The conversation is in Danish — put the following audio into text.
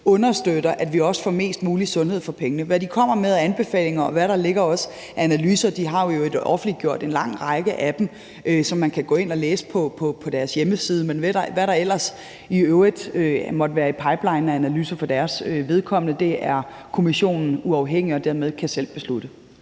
understøtter, at vi får mest mulig sundhed for pengene? Hvad de kommer med af anbefalinger, og hvad der ligger af analyser – de har jo offentliggjort en lang række af dem, som man kan gå ind og læse på deres hjemmeside, men hvad der ellers i øvrigt måtte være i pipelinen af analyser for deres vedkommende – kan kommissionen som uafhængig selv beslutte.